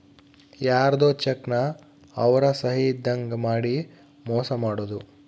ಯಾರ್ಧೊ ಚೆಕ್ ನ ಅವ್ರ ಸಹಿ ಇದ್ದಂಗ್ ಮಾಡಿ ಮೋಸ ಮಾಡೋದು